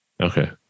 okay